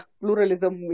pluralism